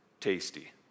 tasty